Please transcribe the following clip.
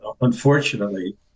Unfortunately